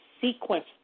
sequence